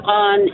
on